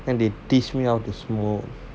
then they teach me out to smoke